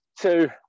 two